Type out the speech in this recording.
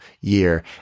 year